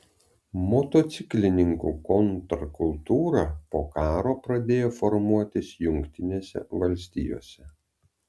motociklininkų kontrkultūra po karo pradėjo formuotis jungtinėse valstijose